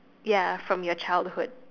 ya from your childhood